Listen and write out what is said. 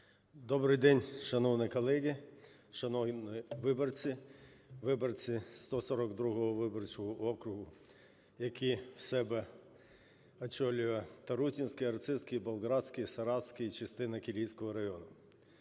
Добрий день, шановні колеги, шановні виборці, виборці 142 виборчого округу, який в себе включає Тарутинський, Арцизький, Болградський, Саратський, частину Кілійського району!